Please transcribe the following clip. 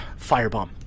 firebomb